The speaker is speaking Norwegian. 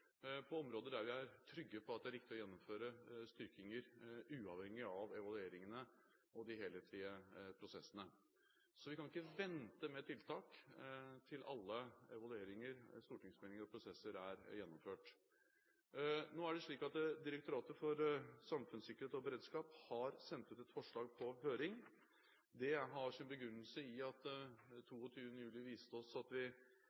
på områder der vi er trygge på at det er riktig å gjennomføre styrkinger, uavhengig av evalueringene og de helhetlige prosessene. Så vi kan ikke vente med tiltak til alle evalueringer, stortingsmeldinger og prosesser er gjennomført. Nå er det slik at Direktoratet for samfunnssikkerhet og beredskap har sendt ut et forslag på høring. Det har sin begrunnelse i at 22. juli viste oss at vi